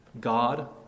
God